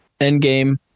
Endgame